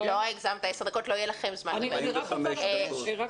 וחינוך לחשיבה